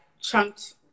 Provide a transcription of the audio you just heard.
chunked